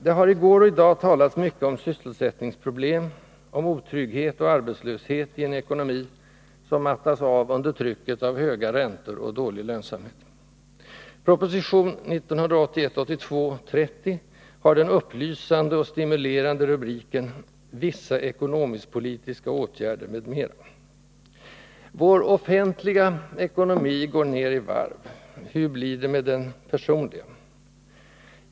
Det har i går och i dag talats mycket om sysselsättningsproblem, om otrygghet och arbetslöshet i en ekonomi som mattas av under trycket av höga räntor och dålig lönsamhet. Proposition 1981/82:30 har den upplysande och stimulerande rubriken Vissa ekonomisk-politiska åtgärder, m.m. Vår offentliga ekonomi går ned i varv. Hur blir det med den personliga?